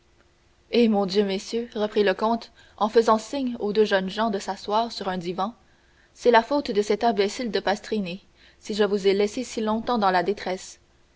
eh mon dieu messieurs reprit le comte en faisant signe aux deux jeunes gens de s'asseoir sur un divan c'est la faute de cet imbécile de pastrini si je vous ai laissés si longtemps dans la détresse